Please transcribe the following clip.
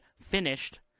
finished